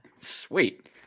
Sweet